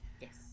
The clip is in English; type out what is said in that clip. Yes